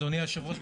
אדוני היושב-ראש,